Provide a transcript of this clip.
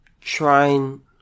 trying